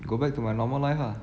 go back to my normal life ah